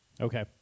okay